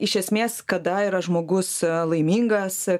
iš esmės kada yra žmogus laimingas